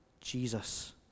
Jesus